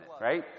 Right